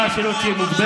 אתה מדבר על הסגנון שלי.